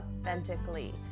authentically